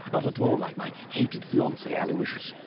not at all like my hated fiance, aloysius,